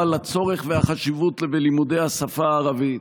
על הצורך והחשיבות בלימודי השפה הערבית.